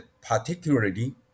particularly